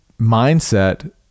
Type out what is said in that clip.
mindset